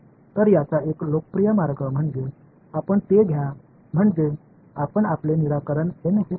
तर याचा एक लोकप्रिय मार्ग म्हणजे आपण ते घ्या म्हणजे आपण आपले निराकरण एन हे सांगा